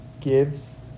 gives